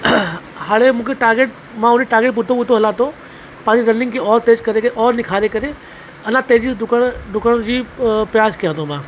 हाणे मूंखे टारगेट मां उन टारगेट जे पुठितों पुठितों हलां थो पंहिंजी रनिंग खे और तेज़ करे निखारे करे अञा तेज़ी सां ॾुकण ॾुकण जी प्रयास कयां थो मां